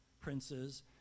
princes